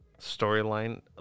storyline